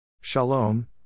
Shalom